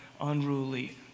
unruly